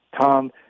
Tom